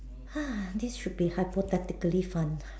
ha this should be hypothetically fun